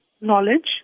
knowledge